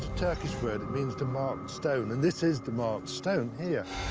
turkish word. it means the marked stone. and this is the marked stone here.